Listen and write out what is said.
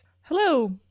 Hello